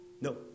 no